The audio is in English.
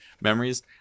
memories